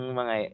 mga